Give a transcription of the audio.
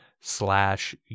slash